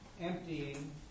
emptying